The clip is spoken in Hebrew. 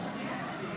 --- הפסקה.